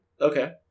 Okay